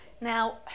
Now